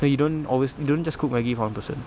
so you don't always don't just cook maggi one person